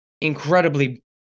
incredibly